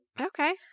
Okay